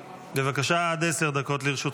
בבקשה, עד עשר דקות לרשותך.